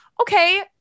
Okay